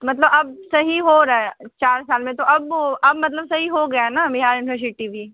मतलब अब सही हो रहा है चार साल में तो अब अब मतलब सही हो गया ना ना बिहार यूनिवर्सिटी भी